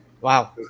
wow